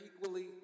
equally